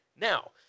Now